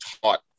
taught